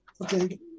okay